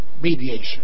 mediation